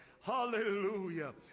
Hallelujah